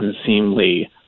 unseemly